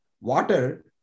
water